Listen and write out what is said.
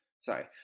Sorry